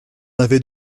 avais